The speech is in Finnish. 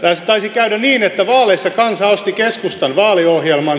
tässä taisi käydä niin että vaaleissa kansa osti keskustan vaaliohjelman